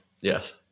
yes